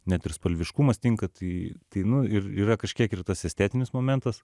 net ir spalviškumas tinka tai tai nu ir yra kažkiek ir tas estetinis momentas